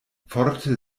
forte